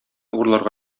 урларга